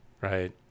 Right